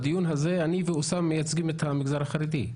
בדיון הזה אני ואוסאמה מייצגים את המגזר החרדי.